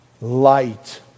Light